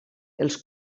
els